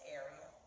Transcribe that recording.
area